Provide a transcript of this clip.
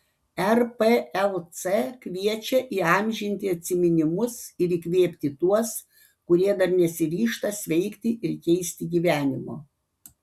rplc kviečia įamžinti atsiminimus ir įkvėpti tuos kurie dar nesiryžta sveikti ir keisti gyvenimo